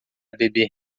beber